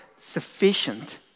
sufficient